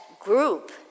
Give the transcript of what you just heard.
group